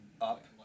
up